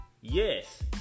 Yes